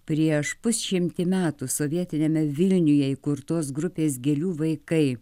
prieš pusšimtį metų sovietiniame vilniuje įkurtos grupės gėlių vaikai